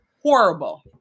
Horrible